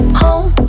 home